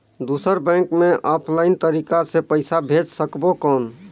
दुसर बैंक मे ऑफलाइन तरीका से पइसा भेज सकबो कौन?